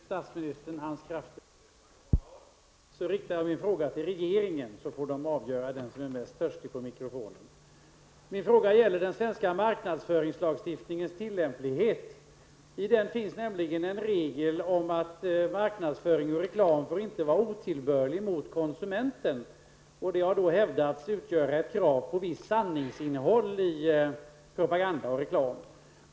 Herr talman! I syfte att inte slita ut statsministerns krafter riktar jag min fråga till regeringen, så får den som är mest törstig på mikrofonen svara. Min fråga handlar om den svenska marknadsföringslagstiftningens tillämplighet. I denna lagstiftning finns nämligen en regel om att marknadsföring och reklam inte får vara otillbörlig konsumenten. Det hävdas ett krav på ett visst sanningsinnehåll i propaganda och reklam.